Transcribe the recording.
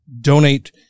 Donate